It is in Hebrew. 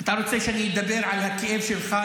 אתה רוצה שאני אדבר על הכאב שלך,